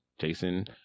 Jason